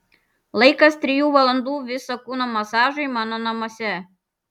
laikas trijų valandų viso kūno masažui mano namuose